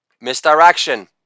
Misdirection